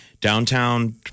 downtown